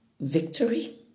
victory